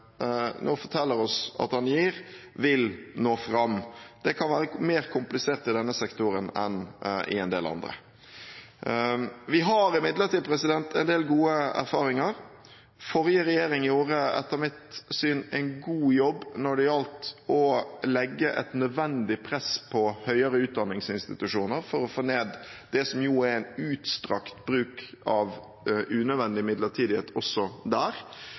forteller oss at han gir, vil nå fram. Det kan være mer komplisert i denne sektoren enn i en del andre. Vi har imidlertid en del gode erfaringer. Forrige regjering gjorde etter mitt syn en god jobb når det gjaldt å legge et nødvendig press på høyere utdanningsinstitusjoner for å få ned det som er en utstrakt bruk av unødvendig midlertidighet også der.